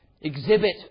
exhibit